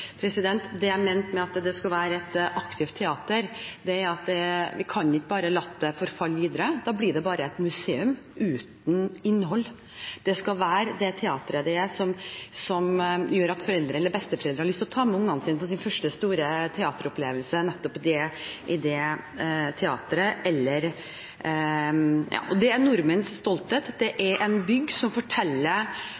Det jeg mente med at det skulle være et aktivt teater, er at vi kan ikke bare la det forfalle videre. Da blir det bare et museum uten innhold. Det skal være det teatret det er, som gjør at foreldre eller besteforeldre har lyst til å ta med barna på sin første store teateropplevelse nettopp i det teatret. Det er nordmenns stolthet. Det er